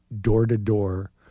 door-to-door